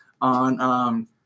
on –